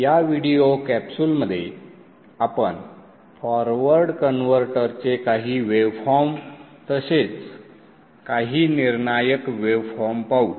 या व्हिडिओ कॅप्सूलमध्ये आपण फॉरवर्ड कन्व्हर्टरचे काही वेव फॉर्म तसेच काही निर्णायक वेवफॉर्म पाहू